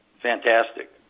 Fantastic